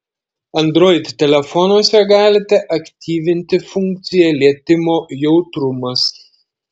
android telefonuose galite aktyvinti funkciją lietimo jautrumas